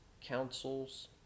councils